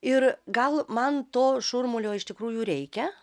ir gal man to šurmulio iš tikrųjų reikia